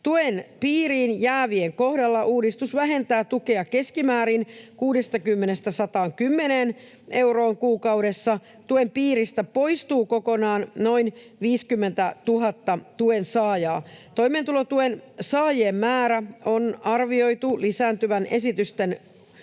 Tuen piiriin jäävien kohdalla uudistus vähentää tukea keskimäärin 60—110 euroa kuukaudessa. Tuen piiristä poistuu kokonaan noin 50 000 tuen saajaa. Toimeentulotuen saajien määrän on arvioitu lisääntyvän esitettyjen